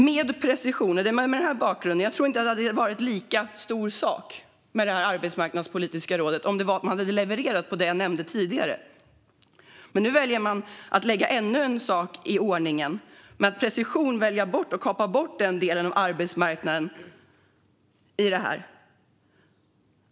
Jag tror inte att det hade varit en lika stor sak med det arbetsmarknadspolitiska rådet om man hade levererat på det jag nämnde tidigare. Men nu väljer man att lägga till ännu en sak i ordningen genom att med precision kapa bort den delen av arbetsmarknaden.